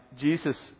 Jesus